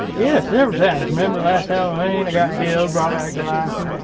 yeah several times remember last halloween, i got killed brought back to life, you know.